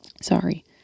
Sorry